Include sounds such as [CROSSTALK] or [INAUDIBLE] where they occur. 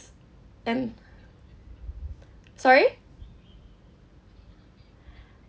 and [BREATH] sorry